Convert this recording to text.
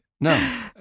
No